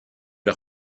era